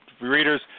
readers